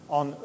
on